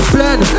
Blend